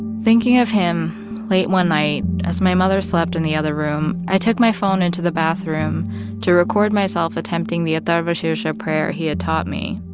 thinking of him late one night, as my mother slept in the other room, i took my phone into the bathroom to record myself attempting the atharvashirsha prayer he had taught me.